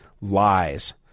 lies